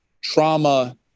trauma